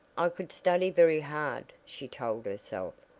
i could study very hard, she told herself,